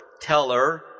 teller